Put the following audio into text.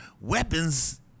weapons